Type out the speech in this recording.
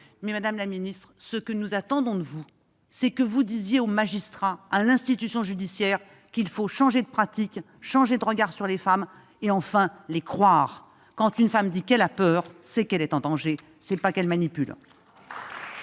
mais, madame la ministre, nous attendons de vous que vous disiez aux magistrats, à l'institution judiciaire, qu'il faut changer de pratique, changer de regard sur les femmes et enfin les croire ! Quand une femme dit qu'elle a peur, c'est qu'elle est en danger, ce n'est pas qu'elle cherche